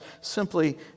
simply